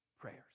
prayers